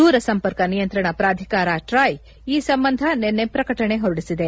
ದೂರಸಂಪರ್ಕ ನಿಯಂತ್ರಣ ಪಾಧಿಕಾರ ಟ್ರಾಯ್ ಈ ಸಂಬಂಧ ನಿನ್ನೆ ಪ್ರಕಟಣೆ ಹೊರಡಿಸಿದೆ